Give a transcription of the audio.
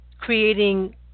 creating